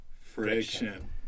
Friction